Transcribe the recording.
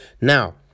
now